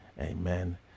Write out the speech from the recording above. amen